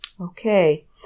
Okay